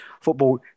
football